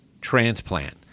transplant